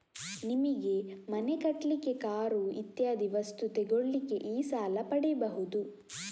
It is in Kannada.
ನಿಮಿಗೆ ಮನೆ ಕಟ್ಲಿಕ್ಕೆ, ಕಾರು ಇತ್ಯಾದಿ ವಸ್ತು ತೆಗೊಳ್ಳಿಕ್ಕೆ ಈ ಸಾಲ ಪಡೀಬಹುದು